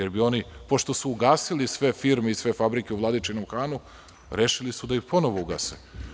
Oni bi, pošto su ugasili sve firme i sve fabrike u Vladičinom Hanu rešili su da ponovo ugase.